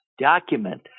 document